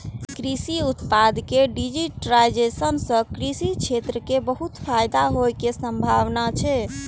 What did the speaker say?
कृषि उत्पाद के डिजिटाइजेशन सं कृषि क्षेत्र कें बहुत फायदा होइ के संभावना छै